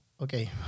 Okay